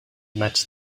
match